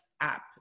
app